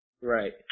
Right